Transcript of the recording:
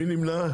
מי נמנע?